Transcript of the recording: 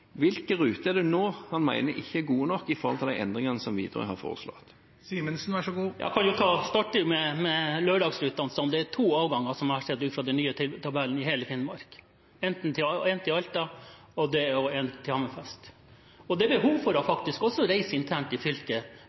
Hvilke ruter er det nå han mener ikke er gode nok, i forhold til de endringene som Widerøe har foreslått? Jeg kan jo starte med lørdagsrutene. Ut fra det jeg har sett i den nye tabellen, er det to avganger i hele Finnmark: én til Alta og én til Hammerfest. Og det er faktisk behov for å reise internt i fylket